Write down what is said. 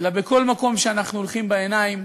אלא בכל מקום שאנחנו הולכים, בעיניים,